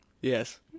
Yes